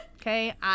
Okay